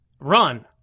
run